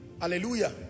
Hallelujah